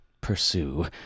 pursue